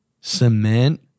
Cement